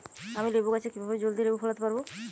আমি লেবু গাছে কিভাবে জলদি লেবু ফলাতে পরাবো?